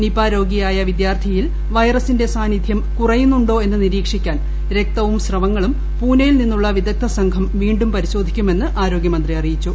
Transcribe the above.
Nipah രോഗിയായ വിദ്യാർത്ഥിയിൽ വൈറസിന്റെ സാന്നിദ്ധ്യം കുറയുന്നുണ്ടോ എന്ന് നിരീക്ഷിക്കാൻ രക്തവും സ്രവങ്ങളും പൂനയിൽ നിന്നുള്ള വിദഗ്ധ സംഘം വീണ്ടും പരിശോധിക്കുമെന്ന് ആരോഗ്യ മന്ത്രി അറിയിച്ചു